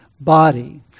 body